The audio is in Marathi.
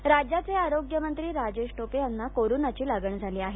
टोपे राज्याचे आरोग्यमंत्री राजेश टोपे यांना कोरोनाची लागण झाली आहे